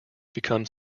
becomes